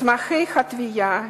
מסמכי התביעה,